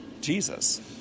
Jesus